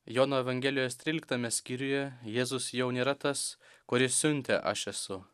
jono evangelijos tryliktame skyriuje jėzus jau nėra tas kurį siuntė aš esu